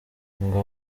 ngo